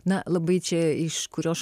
na labai čia iš kurio šono